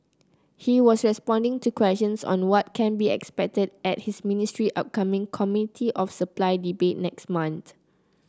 he was responding to questions on what can be expected at his ministry's upcoming Committee of Supply debate next month